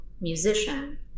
musician